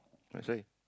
that's why